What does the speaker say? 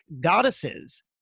Goddesses